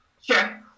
sure